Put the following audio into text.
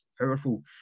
powerful